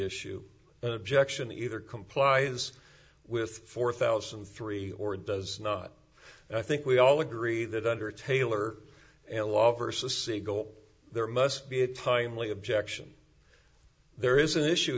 issue an objection either complies with four thousand three or does not and i think we all agree that under taylor a law versus the goal there must be a timely objection there is an issue